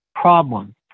Problem